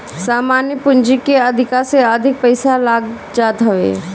सामान्य पूंजी के अधिका से अधिक पईसा लाग जात हवे